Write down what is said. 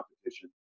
competition